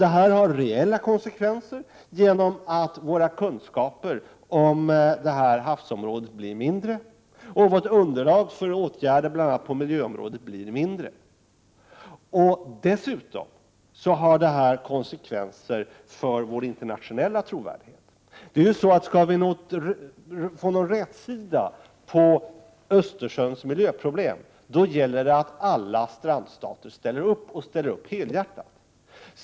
Detta har reella konsekvenser genom att våra kunskaper om havsområdet i fråga blir mindre, liksom också vårt underlag för åtgärder på bl.a. miljöområdet. Dessutom har detta konsekvenser för vår internationella trovärdighet. Skall vi få någon rätsida på Östersjöns miljöproblem gäller det att alla strandstater ställer upp helhjärtat.